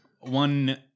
One